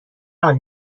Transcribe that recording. حال